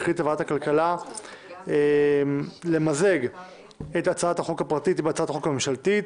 החליטה ועדת הכלכלה למזג את הצעת החוק הפרטית עם הצעת החוק הממשלתית